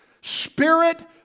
Spirit